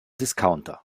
discounter